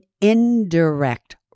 indirect